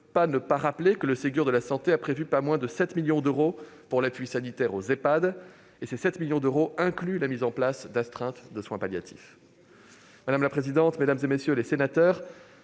pas ne pas rappeler que le Ségur de la santé a prévu pas moins de 7 millions d'euros pour l'appui sanitaire aux Ehpad, ceux-ci incluant la mise en place d'astreintes de soins palliatifs. Madame la présidente, mesdames, messieurs les sénateurs,